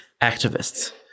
activists